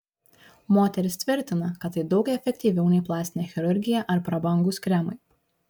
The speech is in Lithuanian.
moteris tvirtina kad tai daug efektyviau nei plastinė chirurgija ar prabangūs kremai